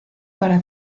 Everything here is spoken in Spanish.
para